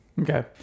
Okay